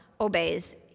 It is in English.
obeys